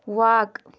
واق